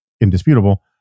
indisputable